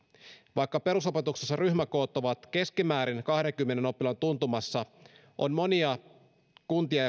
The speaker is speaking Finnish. vaikka perusopetuksessa ryhmäkoot ovat keskimäärin kahteenkymmeneen oppilaan tuntumassa on monia kuntia